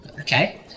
Okay